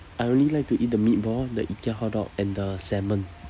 I really like to eat the meatball the ikea hotdog and the salmon